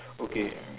okay